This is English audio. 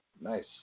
Nice